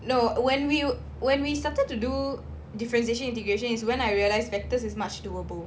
no when we when we started to do differentiation integration is when I realised factors is much doable